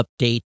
update